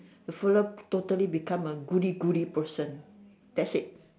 the fella totally become a goody goody person that's it